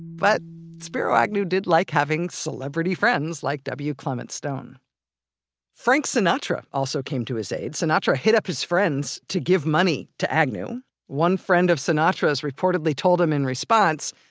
but spiro agnew did like having celebrity friends like w. clement stone frank sinatra also came to his aid. sinatra hit up his friends to give money to agnew one friend of sinatra's reportedly told him in response,